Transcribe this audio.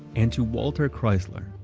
and to walter chrysler,